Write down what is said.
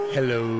Hello